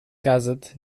gazet